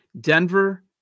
Denver